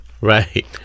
Right